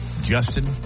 Justin